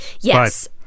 Yes